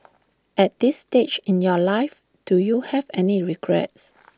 at this stage in your life do you have any regrets